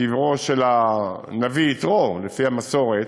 קברו של הנביא יתרו לפי המסורת,